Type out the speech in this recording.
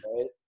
right